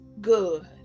good